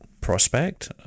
prospect